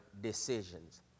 decisions